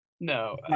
No